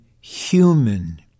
human